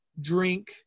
drink